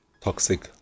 toxic